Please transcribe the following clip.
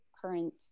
current